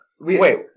Wait